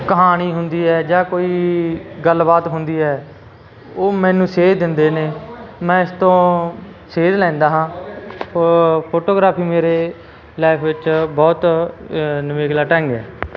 ਕਹਾਣੀ ਹੁੰਦੀ ਹੈ ਜਾਂ ਕੋਈ ਗੱਲਬਾਤ ਹੁੰਦੀ ਹੈ ਉਹ ਮੈਨੂੰ ਸੇਧ ਦਿੰਦੇ ਨੇ ਮੈਂ ਇਸ ਤੋਂ ਸੇਧ ਲੈਂਦਾ ਹਾਂ ਫੋ ਫੋਟੋਗ੍ਰਾਫੀ ਮੇਰੇ ਲਾਈਫ ਵਿੱਚ ਬਹੁਤ ਨਿਵੇਕਲਾ ਢੰਗ ਹੈ